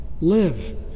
live